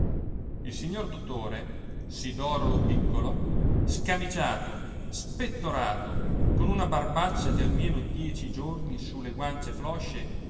il signor dottore sidoro lopiccolo scamiciato spettorato con una barbaccia di almeno dieci giorni su le guance flosce